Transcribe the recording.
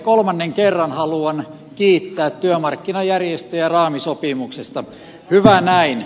kolmannen kerran haluan kiittää työmarkkinajärjestöjä raamisopimuksesta hyvä näin